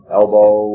elbow